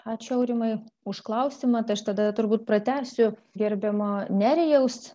ačiū aurimai už klausimą tai aš tada turbūt pratęsiu gerbiamo nerijaus